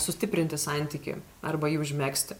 sustiprinti santykį arba jį užmegzti